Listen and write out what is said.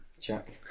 Jack